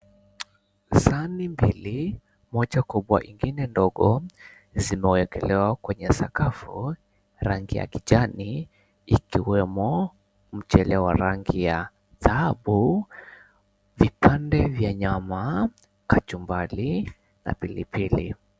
Sahani mbili, moja kubwa ingine ndogo, zimewekelewa kwenye sakafu, rangi ya kijani ikiwemo mchele wa rangi ya dhahabu, vipande vya nyama, kachumbari na pilipili.